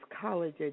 college